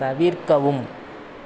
தவிர்க்கவும்